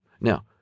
Now